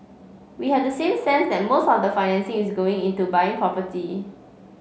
we have the same sense that most of the financing is going into buying property